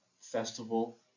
festival